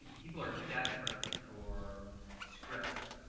people are desperate for scripts,